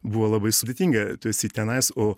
buvo labai sudėtinga tu esi tenais o